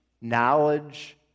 knowledge